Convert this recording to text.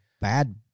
bad